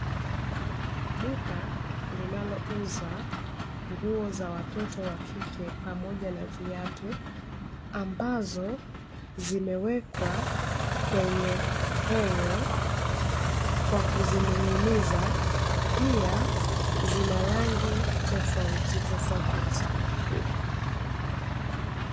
Duka linalouza nguo za watoto wakike pamoja na viatu, mabzo zimewekwa kwenye heng`a kwa kuzining`iniza pia zina rangi tofautitofauti.